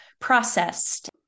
processed